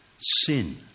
sin